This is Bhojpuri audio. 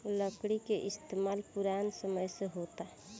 लकड़ी के इस्तमाल पुरान समय से होता